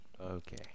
Okay